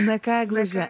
na ką egluže